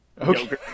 Okay